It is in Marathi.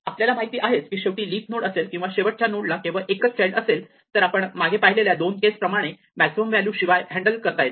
आपल्याला माहिती आहेच की शेवटी लीफ नोड असेल किंवा शेवटच्या नोडला केवळ एक चाइल्ड असेल तर त्या आपण मागे पाहिलेल्या दोन केस प्रमाणे मॅक्झिमम व्हॅल्यू शिवाय हँडल करता येतात